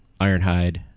Ironhide